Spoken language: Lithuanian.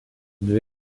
dvi